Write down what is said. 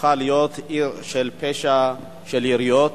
הפכה להיות עיר של פשע, של יריות.